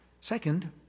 Second